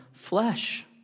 flesh